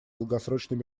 долгосрочной